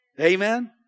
Amen